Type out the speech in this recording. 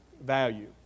value